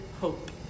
hope